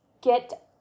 get